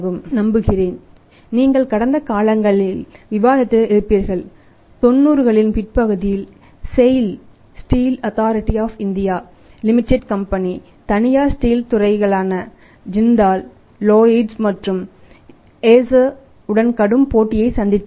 நான் நம்புகிறேன் நீங்கள் கடந்த காலங்களில் விவாதித்து இருப்பீர்கள் 90களின் பிற்பகுதியில் SAIL steel authority of India லிமிடெட்டின் கம்பெனி தனியார் ஸ்டீல் துறைகளான ஜிந்தால் உடன் கடும் போட்டியை சந்தித்தது